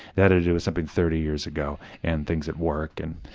that had to do with something thirty years ago and things at work, and,